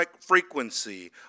frequency